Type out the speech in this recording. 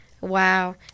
wow